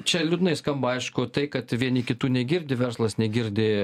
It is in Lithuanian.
čia liūdnai skamba aišku tai kad vieni kitų negirdi verslas negirdi